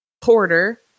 porter